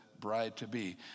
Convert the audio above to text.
bride-to-be